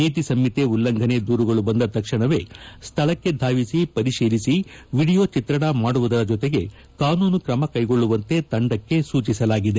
ನೀತಿ ಸಂಹಿತೆ ಉಲ್ಲಂಘನೆ ದೂರುಗಳು ಬಂದ ತಕ್ಷಣವೇ ಸ್ವಳಕ್ಕೆ ಧಾವಿಸಿ ಪರಿಶೀಲಿಸಿ ವಿಡಿಯೋ ಚಿತ್ರಣ ಮಾಡುವುದರ ಜೊತೆಗೆ ಕಾನೂನು ಕ್ರಮಕ್ಕೆಗೊಳ್ಳುವಂತೆ ತಂಡಕ್ಕೆ ಸೂಚಿಸಲಾಗಿದೆ